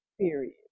Period